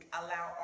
allow